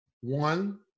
One